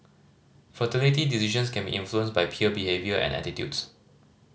fertility decisions can be influenced by peer behaviour and attitudes